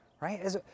right